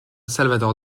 salvador